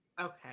Okay